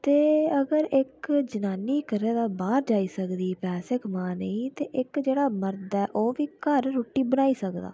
ते अगर एक्क जनानी घरे दे बाहर जाई सकदी पैसे कमाने गी ते इक जेह्ड़ा मर्द ऐ ओह् बी घर रूट्टी बनाई सकदा